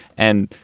and,